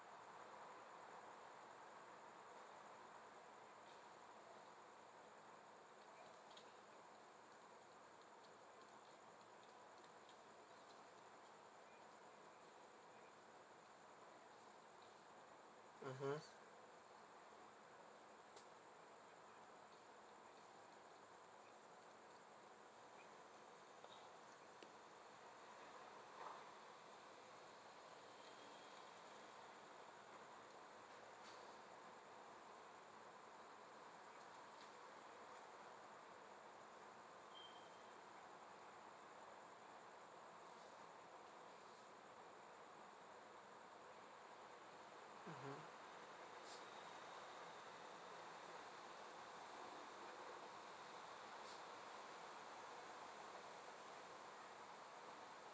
mmhmm mmhmm